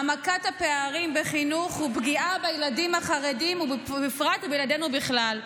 העמקת הפערים בחינוך ופגיעה בילדים החרדים בפרט ובילדינו בכלל: